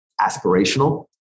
aspirational